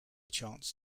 chance